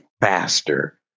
faster